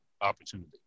opportunity